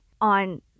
on